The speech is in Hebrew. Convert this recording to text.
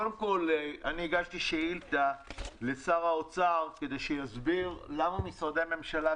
קודם כל אני הגשתי שאילתה לשר האוצר כדי שיסביר למה משרדי הממשלה,